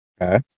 Okay